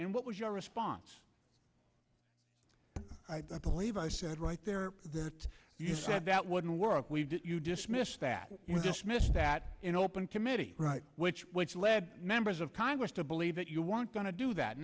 and what was your response i believe i said right there that you said that wouldn't work we've that you dismiss that we just missed that in open committee right which which led members of congress to believe that you won't going to do that